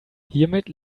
hiermit